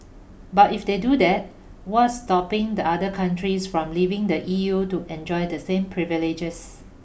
but if they do that what's stopping the other countries from leaving the E U to enjoy the same privileges